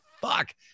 fuck